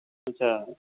ਅੱਛਾ